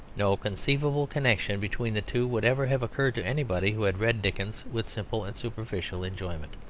no conceivable connection between the two would ever have occurred to anybody who had read dickens with simple and superficial enjoyment,